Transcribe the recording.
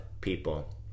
people